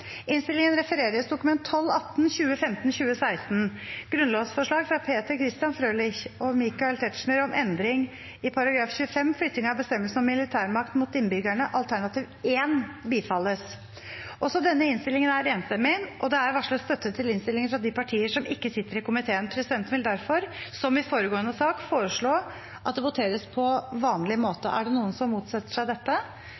innstillingen er enstemmig, og det er varslet støtte til innstillingen fra de partier som ikke sitter i komiteen. Presidenten vil derfor – som i foregående sak – foreslå at det voteres på vanlig